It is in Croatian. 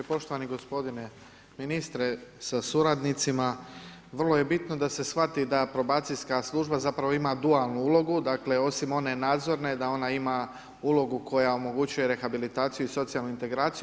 Poštovani gospodine ministre sa suradnicima, vrlo je bitno da se svaki da se probacijska služba zapravo ima dualnu ulogu, dakle, osim one nadzorne da ona ima uloga koja omogućuje rehabilitaciju i socijalnu integraciju.